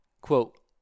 Quote